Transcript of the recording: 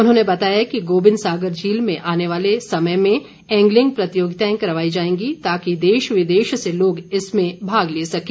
उन्होंने बताया कि गोबिंद सागर झील में आने वाले समय में एंगलिंग प्रतियोगिताएं करवाई जाएंगी ताकि देश विदेश से लोग इनमें भाग ले सकें